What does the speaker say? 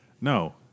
No